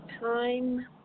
time